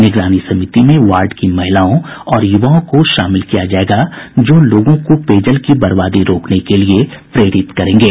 निगरानी समिति में वार्ड की महिलाओं और युवाओं को शामिल किया जायेगा जो लोगों को पेयजल की बर्बादी रोकने के लिए प्रेरित करेंगे